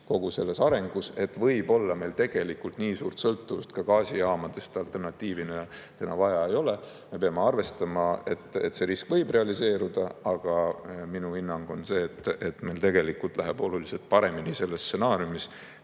kogu selles arengus, et võib-olla meil tegelikult nii suurt sõltuvust gaasijaamadest alternatiivina täna vaja ei ole. Me peame arvestama, et see risk võib realiseeruda, aga minu hinnang on see, et meil tegelikult läheb oluliselt paremini selles stsenaariumis,